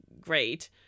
great